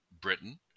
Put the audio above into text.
Britain